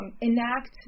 enact